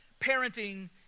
parenting